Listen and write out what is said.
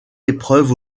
épreuves